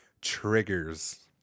triggers